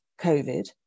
COVID